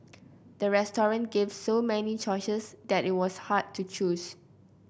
the restaurant gave so many choices that it was hard to choose